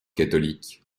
catholique